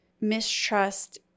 mistrust